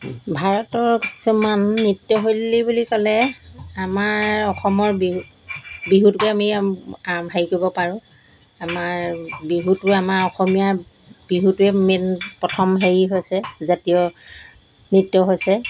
ভাৰতৰ কিছুমান নৃত্যশৈলী বুলি ক'লে আমাৰ অসমৰ বিহু বিহুটোকে আমি আৰম্ভ হেৰি কৰিব পাৰোঁ আমাৰ বিহুটোৱে আমাৰ অসমীয়া বিহুটোৱে মেইন প্ৰথম হেৰি হৈছে জাতীয় নৃত্য হৈছে